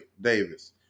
Davis